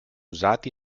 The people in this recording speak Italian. usati